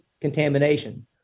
contamination